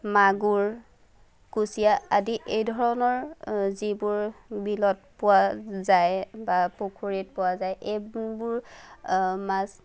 মাগুৰ কুচিয়া আদি এই ধৰণৰ যিবোৰ বিলত পোৱা যায় বা পুখুৰীত পোৱা যায় এইবোৰ মাছ